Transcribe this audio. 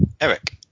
Eric